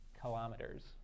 kilometers